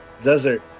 desert